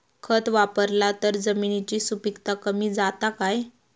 खत वापरला तर जमिनीची सुपीकता कमी जाता काय?